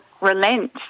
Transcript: relent